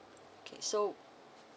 okay so